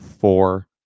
four